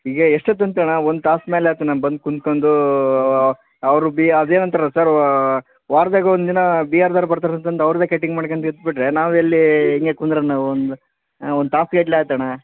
ಹೀಗೆ ಎಷ್ಟೊತ್ತು ಅಂತಣ್ಣ ಒಂದು ತಾಸು ಮೇಲೆ ಆಯ್ತು ನಾ ಬಂದು ಕುಂತ್ಕಂಡು ಅವರು ಭೀ ಅದು ಏನು ಅಂತಾರಲ್ಲ ಸರಿ ವಾರ್ದಾಗ ಒಂದು ದಿನ ಬರ್ತಾರಂತಂದು ಅವ್ರದ್ದೇ ಕಟಿಂಗ್ ಮಾಡ್ಕಂಡು ಇದ್ದುಬಿಟ್ರೆ ನಾವೆಲ್ಲಿ ಹಿಂಗೆ ಕುಂತ್ರೆ ನಾವು ಒಂದು ಒಂದು ತಾಸುಗಟ್ಲೆ ಆಯ್ತು ಅಣ್ಣ